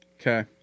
Okay